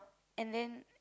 and then